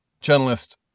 journalist